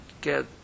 get